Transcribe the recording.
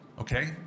Okay